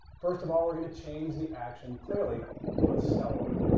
first of all, we're going to change the action clearly to a sell order.